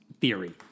theory